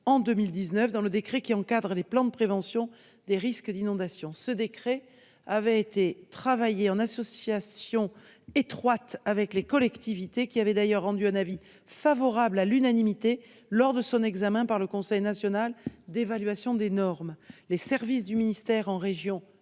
en 2019 dans le décret encadrant les plans de prévention des risques d'inondation. Ce décret avait été élaboré en association étroite avec les collectivités, qui avaient d'ailleurs rendu un avis favorable à l'unanimité, lors de son examen par le Conseil national d'évaluation des normes. Les services du ministère dans la région